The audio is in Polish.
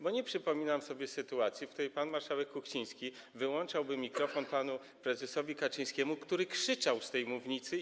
Bo nie przypominam sobie sytuacji, w której pan marszałek Kuchciński wyłączałby mikrofon panu prezesowi Kaczyńskiemu, który krzyczał z tej mównicy.